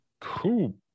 Cool